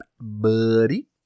buddy